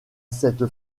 cette